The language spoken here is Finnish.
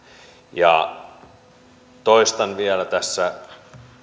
toistan vielä tässä